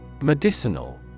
Medicinal